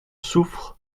souffres